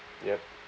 yup